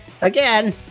again